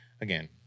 again